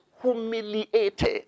humiliated